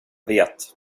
vet